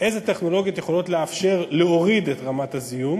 ולא נירגע ולא ננוח עד שהוא יבוא לפתרונו.